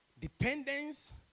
dependence